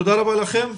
תודה רבה לכם.